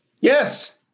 yes